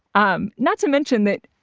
um not to mention that,